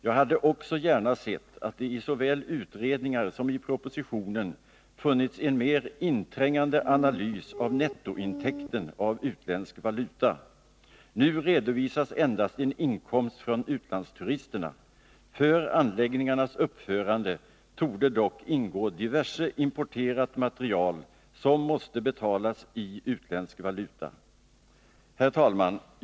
Jag hade också gärna sett att det såväl i utredningarna som i propositionen funnits en mer inträngande analys av nettointäkten av utländsk valuta. Nu redovisas endast en inkomst från utlandsturisterna. För anläggningarnas uppförande torde dock krävas diverse importerat material, som måste betalas i utländsk valuta. Herr talman!